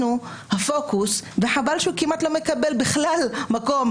יכול להיות ש-80 או מספר קצת יותר נמוך יכול להיות באותה כנסת.